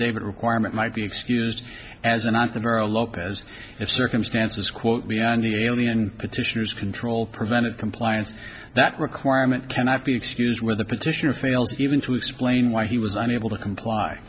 affidavit requirement might be excused as a not the vera lopez if circumstances quote beyond the alien petitioners control prevented compliance that requirement cannot be excused where the petitioner fails even to explain why he was unable to comply